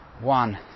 One